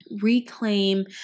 reclaim